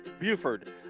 Buford